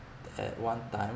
that one time